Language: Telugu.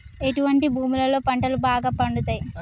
ఎటువంటి భూములలో పంటలు బాగా పండుతయ్?